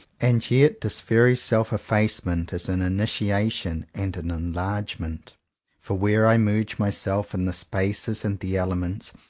and yet this very self-effacement is an initiation and an enlargement for where i merge myself in the spaces and the elements,